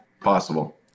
Possible